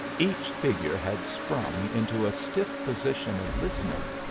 each figure had sprung into a stiff position of listening.